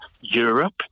europe